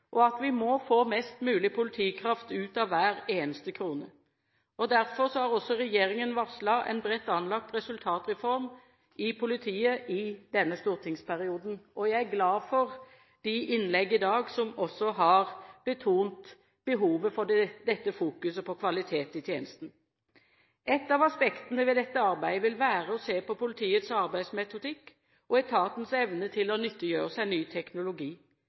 og at vi må få mest mulig politikraft ut av hver eneste krone. Derfor har regjeringen varslet en bredt anlagt resultatreform i politiet i denne stortingsperioden. Jeg er glad for de innlegg i dag som har også har betonet behovet for dette fokuset på kvalitet i tjenesten. Ett av aspektene ved dette arbeidet vil være å se på politiets arbeidsmetodikk og etatens evne til å nyttiggjøre seg ny teknologi.